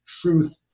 truth